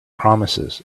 promises